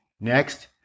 Next